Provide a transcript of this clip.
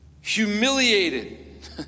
Humiliated